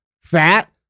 fat